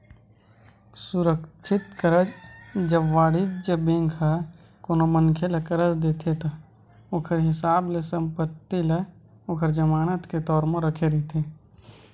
सुरक्छित करज, जब वाणिज्य बेंक ह कोनो मनखे ल करज देथे ता ओखर हिसाब ले संपत्ति ल ओखर जमानत के तौर म रखे रहिथे